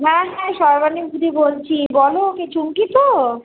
হ্যাঁ হ্যাঁ সর্বানী দিদি বলছি বলো কে চুমকি তো